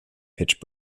pitched